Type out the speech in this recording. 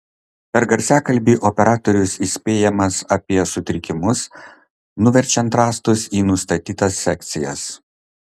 per garsiakalbį operatorius įspėjamas apie sutrikimus nuverčiant rąstus į nustatytas sekcijas